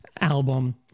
album